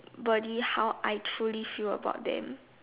body how I truly feel about them